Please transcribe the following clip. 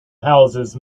houses